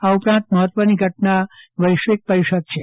આ ઉપરાંત મહત્વની ઘટના વેશ્વિક પરિષદ છે